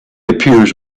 appears